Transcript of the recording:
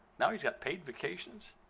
now he's got paid vacations,